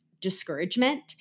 discouragement